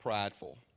prideful